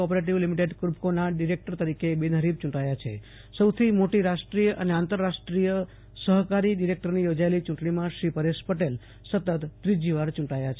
ઓપ લી ફભકોનાં ડિરેક્ટર તરીકે બિનહરીફ ચુટાયા છેસૌથી મોટી રાષ્ટ્રીય અને આંતરરાષ્ટ્રીય સહકારી ડીરેક્ટરની યોજાયેલી યુંટણીમાં શ્રી પરેશ પટેલ સતત ત્રીજીવાર ચૂંટાયા છે